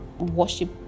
worship